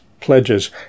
pledges